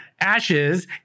Ashes